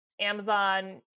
Amazon